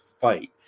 fight